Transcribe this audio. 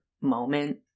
moment